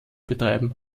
betreiben